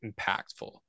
impactful